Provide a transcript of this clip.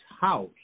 house